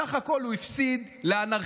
סך הכול הוא הפסיד לאנרכיסט,